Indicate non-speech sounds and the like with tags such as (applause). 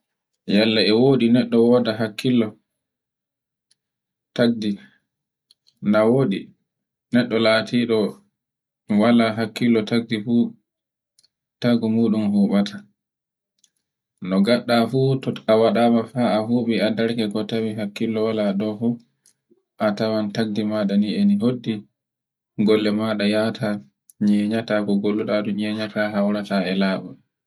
Yalla e wodi neɗɗo woɗa hakkilo taggi. Na woɗi neɗɗo latiɗo wala hakkilo taggi fu tagu muɗum hoɓata. (noise) No gaɗɗa fu to a waɗama ha a huɓi a darke ko tawen hakkilo wala ɗo fu a tawan taggi maɗa ni e ndi hoddi ngolle maɗa yahata neneta go golloɗa dun (noise) nereta (noise) hawrata e labol.